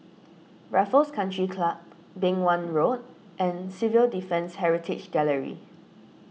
Raffles Country Club Beng Wan Road and Civil Defence Heritage Gallery